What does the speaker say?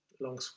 long